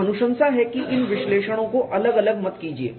तो अनुशंसा है कि इन विश्लेषणों को अलग अलग मत कीजिए